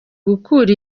gukura